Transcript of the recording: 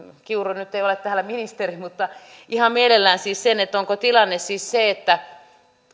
kiuru nyt ei ole täällä ministeri ihan mielelläni sen onko tilanne siis se että